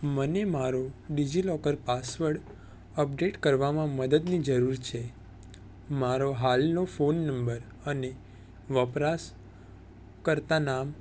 મને મારો DigiLocker password update કરવામાં મદદની જરૂર છે મારો હાલનો ફોન નંબર અને વપરાશકર્તા નામ